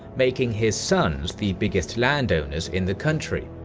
making his sons the biggest landowners in the country.